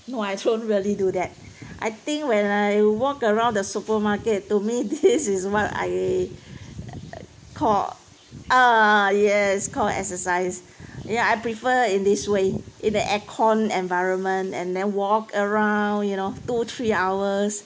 no I don't really do that I think when I walk around the supermarket to me this is what I err call ah yes call exercise ya I prefer in this way in the air con environment and then walk around you know two three hours